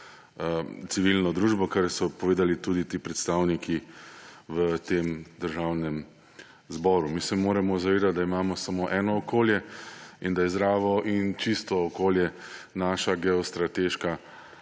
civilno družbo, kar so povedali tudi ti predstavniki v Državnem zboru. Mi se moramo zavedati, da imamo samo eno okolje in da je zdravo in čisto okolje naša geostrateška